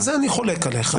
בזה אני חולק עליך,